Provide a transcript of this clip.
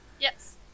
Yes